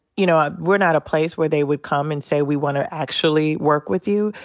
you know, ah we're not a place where they would come and say, we wanna actually work with you.